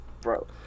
bro